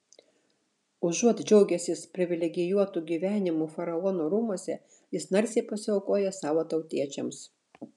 užuot džiaugęsis privilegijuotu gyvenimu faraono rūmuose jis narsiai pasiaukoja savo tautiečiams